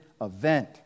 event